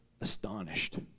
astonished